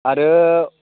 आरो